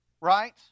right